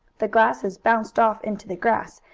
the glasses bounced off into the grass,